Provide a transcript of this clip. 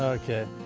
okay.